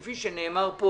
כפי שנאמר פה